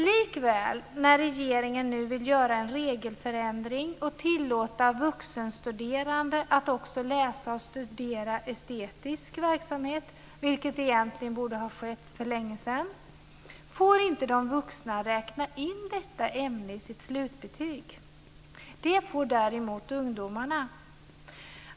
Likväl, när regeringen nu vill göra en regelförändring och tillåta vuxenstuderande att också studera estetisk verksamhet, vilket egentligen borde ha skett för länge sedan, får inte de vuxna räkna in detta ämne i sitt slutbetyg. Det får däremot ungdomarna.